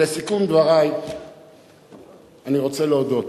לסיכום דברי אני רוצה להודות.